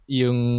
yung